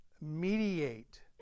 mediate